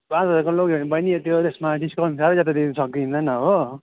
पाँच हजारको लग्यो भने बहिनी त्यो त्यसमा डिस्काउन्ट साह्रो ज्यादा दिनु सकिँदैन हो